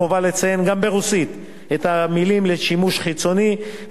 חובה לציין גם ברוסית את המלים "לשימוש חיצוני",